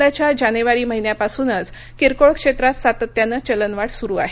यंदाच्या जानेवारी महिन्यापासूच किरकोळ क्षेत्रात सातत्यानं चलनवाढ सुरू आहे